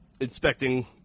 inspecting